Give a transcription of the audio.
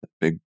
Big